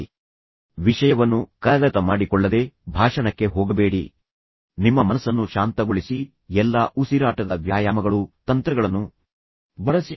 ನಿಮ್ಮ ವಿಷಯವನ್ನು ಕರಗತ ಮಾಡಿಕೊಳ್ಳಿ ಕರಗತ ಮಾಡಿಕೊಳ್ಳದೆ ಭಾಷಣಕ್ಕೆ ಹೋಗಬೇಡಿ ನಿಮ್ಮ ಮನಸ್ಸನ್ನು ಶಾಂತಗೊಳಿಸಿ ಎಲ್ಲಾ ಉಸಿರಾಟದ ವ್ಯಾಯಾಮಗಳು ತಂತ್ರಗಳನ್ನು ಬಳಸಿ